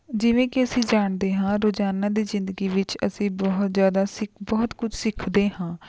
ਜਿਵੇਂ ਕਿ ਅਸੀਂ ਜਾਣਦੇ ਹਾਂ ਰੋਜ਼ਾਨਾ ਦੀ ਜ਼ਿੰਦਗੀ ਵਿੱਚ ਅਸੀਂ ਬਹੁਤ ਜ਼ਿਆਦਾ ਸਿੱਖ ਬਹੁਤ ਕੁਝ ਸਿੱਖਦੇ ਹਾਂ